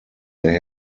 they